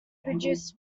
produce